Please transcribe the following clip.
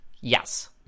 Yes